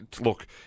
look